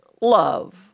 love